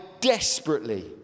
desperately